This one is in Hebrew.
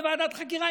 בוועדת חקירה,